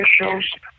officials